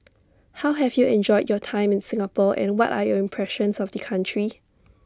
how have you enjoyed your time in Singapore and what are your impressions of the country